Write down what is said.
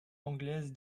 anglaise